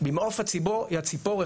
ממעוף הציפור,